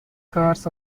cars